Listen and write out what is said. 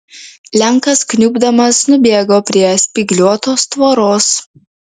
lenkas kniubdamas nubėgo prie spygliuotos tvoros